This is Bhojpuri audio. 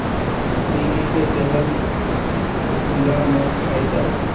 तीली के तेल भुखला में खाइल जाला